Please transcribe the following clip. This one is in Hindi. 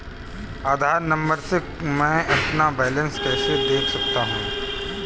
आधार नंबर से मैं अपना बैलेंस कैसे देख सकता हूँ?